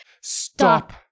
stop